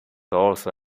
also